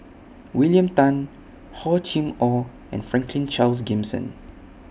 William Tan Hor Chim Or and Franklin Charles Gimson